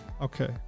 Okay